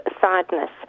sadness